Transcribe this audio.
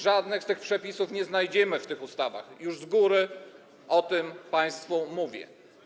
Żadnych z tych przepisów nie znajdziemy w tych ustawach, już z góry o tym państwu mówię.